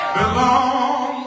belong